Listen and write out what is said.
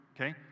okay